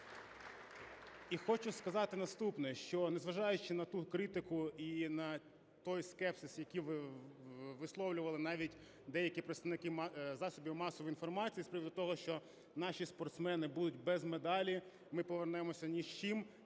І хочу сказати наступне. Що незважаючи на ту критику і на той скепсис, які ви висловлювали, навіть деякі представники засобів масової інформації з приводу того, що наші спортсмени будуть без медалі, ми повернемося ні з чим,